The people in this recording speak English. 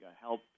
help